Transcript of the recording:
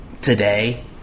today